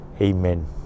Amen